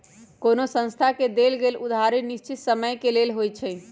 कोनो संस्था से देल गेल उधारी निश्चित समय के लेल होइ छइ